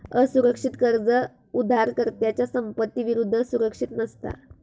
असुरक्षित कर्ज उधारकर्त्याच्या संपत्ती विरुद्ध सुरक्षित नसता